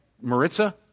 Maritza